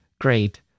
great